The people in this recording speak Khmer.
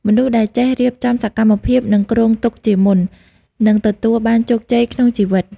មនុស្សដែលចេះរៀបចំសកម្មភាព និងគ្រោងទុកជាមុន នឹងទទួលបានជោគជ័យក្នុងជីវិត។